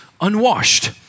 unwashed